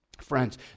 Friends